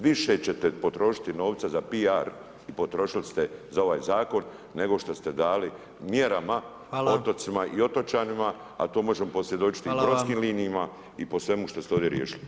Više ćete potrošiti novca za PR i potrošili ste za ovaj zakon nego što ste dali mjerama, otocima i otočanima a to možemo posvjedočiti i brodskim linijama i po svemu što ste ovdje riješili.